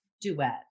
duet